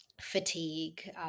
fatigue